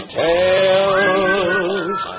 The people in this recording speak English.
tales